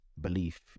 belief